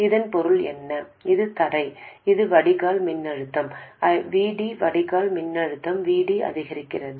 இதன் பொருள் என்ன இது தரை இது வடிகால் மின்னழுத்தம் VD வடிகால் மின்னழுத்தம் VD அதிகரிக்கிறது